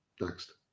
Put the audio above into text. Next